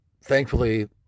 thankfully